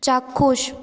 চাক্ষুষ